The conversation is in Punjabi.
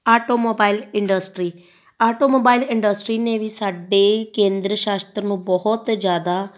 auto mobile industry automobile industry ਨੇ ਵੀ ਸਾਡੇ ਕੇਂਦਰ ਸ਼ਾਸਤ ਨੂੰ ਬਹੁਤ ਜ਼ਿਆਦਾ